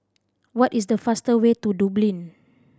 what is the fastest way to Dublin